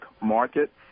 market